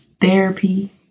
therapy